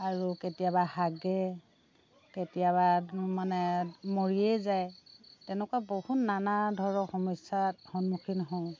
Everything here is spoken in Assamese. আৰু কেতিয়াবা হাগে কেতিয়াবা মানে মৰিয়ে যায় তেনেকুৱা বহুত নানা ধৰণৰ সমস্যাত সন্মুখীন হওঁ